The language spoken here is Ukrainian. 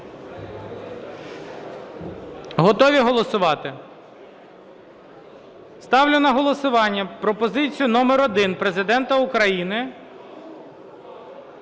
Готові голосувати? Ставлю на голосування пропозицію номер один Президента України.